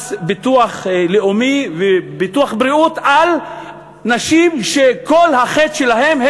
ביטוח לאומי וביטוח בריאות על נשים שכל החטא שלהן הוא